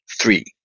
three